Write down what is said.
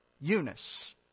Eunice